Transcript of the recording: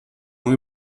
when